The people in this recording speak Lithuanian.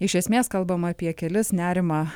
iš esmės kalbama apie kelis nerimą